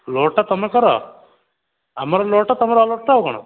ଲୋଡ଼୍ଟା ତୁମେ କର ଆମର ଲୋଡ଼୍ଟା ତୁମର ଅନ୍ଲୋଡ଼୍ଟା ଆଉ କ'ଣ